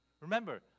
Remember